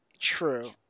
True